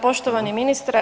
Poštovani ministre.